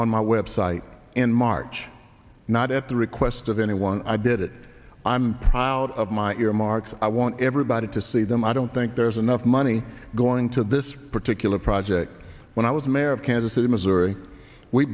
on my website in march not at the request of anyone i did it i'm proud of my earmarks i want everybody to see them i don't think there's enough money going to this particular project when i was mayor of kansas city missouri we